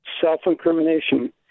self-incrimination